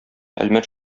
әлмәт